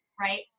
right